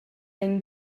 ein